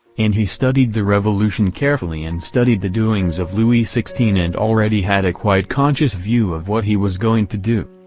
and he studied the revolution carefully and studied the doings of louis xvi and already had a quite conscious view of what he was going to do.